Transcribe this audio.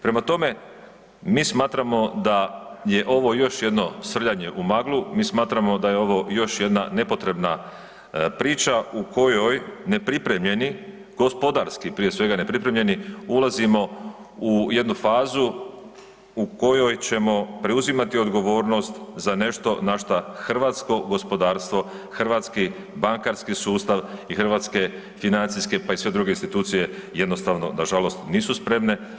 Prema tome, mi smatramo da je ovo još jedno srljanje u maglu, mi smatramo da je ovo još jedna nepotrebna priča u kojoj nepripremljeni gospodarski prije svega nepripremljeni ulazimo u jednu fazu u kojoj ćemo preuzimati odgovornost za nešto na što hrvatsko gospodarstvo, hrvatski bankarski sustav i hrvatske financijske pa i sve druge institucije jednostavno nažalost nisu spremne.